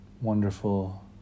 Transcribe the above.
wonderful